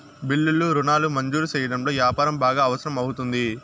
బిల్లులు రుణాలు మంజూరు సెయ్యడంలో యాపారం బాగా అవసరం అవుతుంది